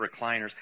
recliners